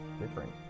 different